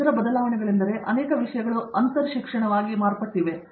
ಮತ್ತು ಇತರ ಬದಲಾವಣೆಗಳೆಂದರೆ ಅನೇಕ ವಿಷಯಗಳು ಅಂತರಶಿಕ್ಷಣವಾಗಿ ಮಾರ್ಪಟ್ಟಿವೆ